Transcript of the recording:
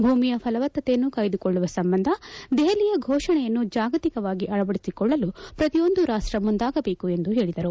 ಭೂಮಿಯ ಪಲವತ್ತತೆಯನ್ನು ಕಾಯ್ದುಕೊಳ್ಳುವ ಸಂಬಂಧ ದೆಹಲಿಯ ಘೋಷಣೆಯನ್ನು ಜಾಗತಿಕವಾಗಿ ಅಳವಡಿಸಿಕೊಳ್ಳಲು ಪ್ರತಿಯೊಂದು ರಾಷ್ಟ ಮುಂದಾಗಬೇಕು ಎಂದು ಹೇಳದರು